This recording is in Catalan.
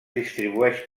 distribueix